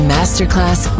Masterclass